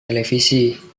televisi